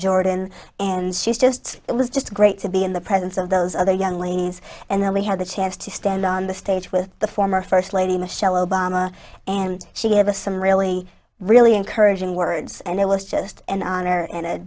jordan and she's just it was just great to be in the presence of those other young ladies and they had the chance to stand on the stage with the former first lady michelle obama and she have a some really really encouraging words and i was just an honor and a